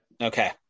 Okay